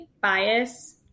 bias